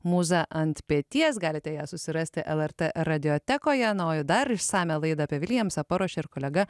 mūza ant peties galite ją susirasti lrt radiotekoje na oį dar išsamią laidą apie viljamsą paruošė ir kolega